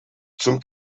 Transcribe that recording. zum